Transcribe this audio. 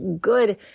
good